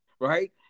Right